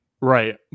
Right